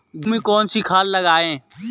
गेहूँ में कौनसी खाद लगाएँ?